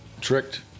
tricked